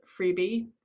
freebie